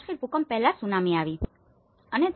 પછી કાશ્મીર ભૂકંપ પહેલા સુનામી આવી હતી